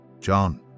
John